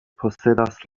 posedas